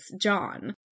John